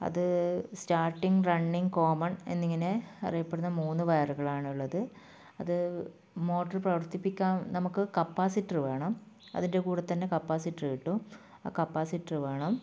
അത് starting running common എന്നിങ്ങനെ അറിയപ്പെടുന്ന മൂന്നു വയറുകൾ ആണുള്ളത് അത് മോട്ടർ പ്രവർത്തിപ്പിക്കാൻ നമുക്ക് കപ്പാസിറ്റർ വേണം അതിൻ്റെ കൂടെ തന്നെ കപ്പാസിറ്റർ കിട്ടും ആ കപ്പാസിറ്റർ വേണം